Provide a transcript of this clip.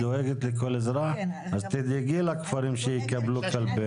אז תדאגי לכפרים שיקבלו קלפי.